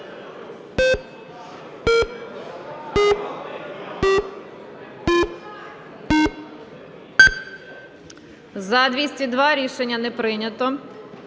За-67 Рішення не прийнято.